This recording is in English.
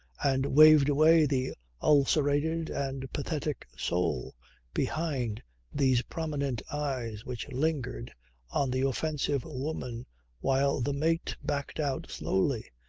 and waved away the ulcerated and pathetic soul behind these prominent eyes which lingered on the offensive woman while the mate backed out slowly.